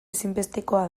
ezinbestekoa